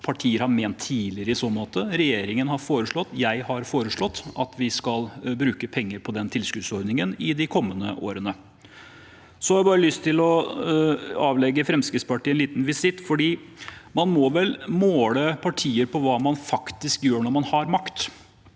partier har ment tidligere i så måte. Regjeringen og jeg har foreslått at vi skal bruke penger på den tilskuddsordningen i de kommende årene. Jeg har bare lyst til å avlegge Fremskrittspartiet en liten visitt, for man må vel måle partier på hva man faktisk gjør når man har makt.